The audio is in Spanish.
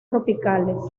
tropicales